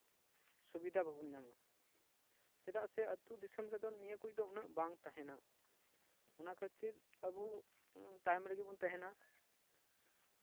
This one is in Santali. ᱥᱩᱵᱤᱫᱷᱟ ᱵᱟᱵᱚᱱ ᱧᱟᱢᱟ ᱪᱮᱫᱟᱜ ᱥᱮ ᱟᱛᱳ ᱫᱤᱥᱚᱢ ᱨᱮᱫᱚ ᱱᱤᱭᱟᱹ ᱠᱚᱫᱚ ᱩᱱᱟᱹᱜ ᱵᱟᱝ ᱛᱟᱦᱮᱱᱟ ᱚᱱᱟ ᱠᱷᱟᱹᱛᱤᱨ ᱟᱵᱚ ᱛᱟᱭᱚᱢ ᱨᱮᱜᱮ ᱵᱚᱱ ᱛᱟᱦᱮᱱᱟ